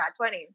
20